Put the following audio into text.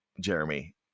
Jeremy